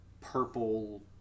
purple